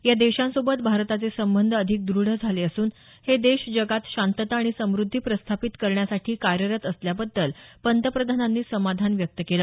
या देशांसोबत भारताचे संबंध अधिक द्रढ झाले असून हे देश जगात शांतता आणि समुद्धी प्रस्थापित करण्यासाठी कार्यरत असल्याबद्दल पंतप्रधानांनी समाधान व्यक्त केलं